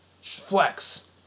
Flex